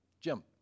Jim